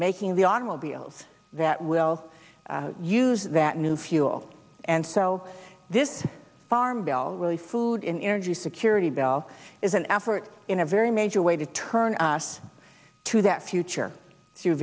making the automobiles that will use that new fuel and so this farm bill really food in energy security bill is an effort in a very major way to turn us to that future